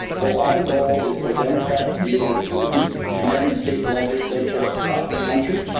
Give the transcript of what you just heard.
so our goal is for democrats be able to compete in every state legislature across the country,